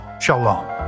Shalom